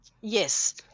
Yes